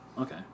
okay